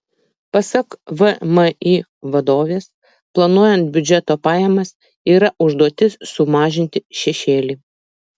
pasak vmi vadovės planuojant biudžeto pajamas yra užduotis sumažinti šešėlį